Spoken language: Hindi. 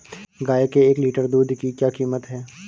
गाय के एक लीटर दूध की क्या कीमत है?